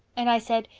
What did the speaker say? and i said,